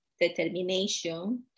determination